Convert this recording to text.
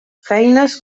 feines